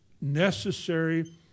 necessary